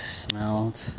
smelled